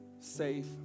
safe